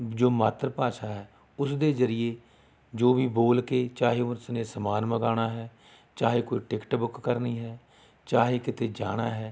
ਜੋ ਮਾਤਰ ਭਾਸ਼ਾ ਹੈ ਉਸ ਦੇ ਜ਼ਰੀਏ ਜੋ ਵੀ ਬੋਲ ਕੇ ਚਾਹੇ ਉਸ ਨੇ ਸਮਾਨ ਮੰਗਵਾਉਣਾ ਹੈ ਚਾਹੇ ਕੋਈ ਟਿਕਟ ਬੁੱਕ ਕਰਨੀ ਹੈ ਚਾਹੇ ਕਿਤੇ ਜਾਣਾ ਹੈ